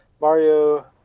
Mario